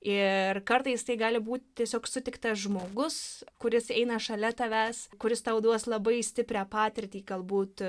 ir kartais tai gali būt tiesiog sutiktas žmogus kuris eina šalia tavęs kuris tau duos labai stiprią patirtį galbūt